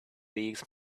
leagues